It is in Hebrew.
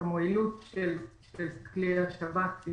המועילות של כלי השב"כ.